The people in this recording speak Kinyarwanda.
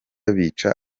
bica